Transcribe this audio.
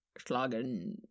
schlagen